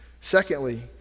secondly